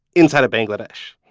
inside of bangladesh.